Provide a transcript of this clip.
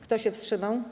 Kto się wstrzymał?